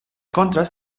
contrast